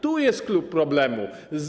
Tu jest clou problemu.